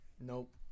Nope